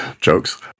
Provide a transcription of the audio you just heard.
Jokes